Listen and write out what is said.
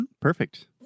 Perfect